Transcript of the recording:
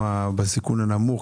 בסיכון הנמוך?